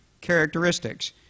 characteristics